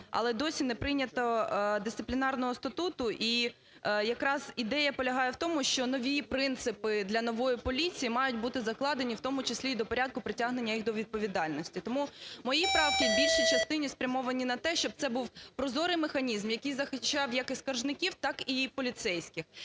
але досі не прийнято Дисциплінарного статуту. І якраз ідея полягає в тому, що нові принципи для нової поліції мають бути закладені в тому числі і до порядку притягнення їх до відповідальності. Тому мої правки в більшій частині спрямовані на те, щоб це був прозорий механізм, який захищав як і скаржників, так і поліцейських.